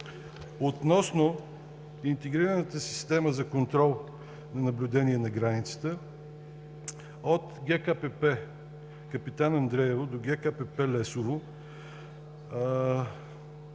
Относно интегрираната система за контрол и наблюдение на границата от ГКПП „Капитан Андреево“ до ГКПП „Лесово“